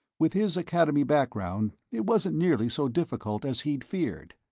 with his academy background, it wasn't nearly so difficult as he'd feared.